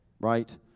Right